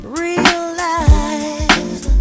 realize